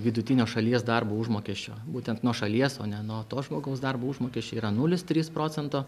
vidutinio šalies darbo užmokesčio būtent nuo šalies o ne nuo to žmogaus darbo užmokesčio yra nulis trys procento